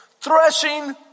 Threshing